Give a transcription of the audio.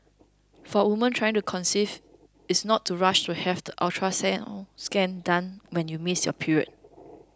for women trying to conceive is not to rush to have the ultrasound scan done when you miss your period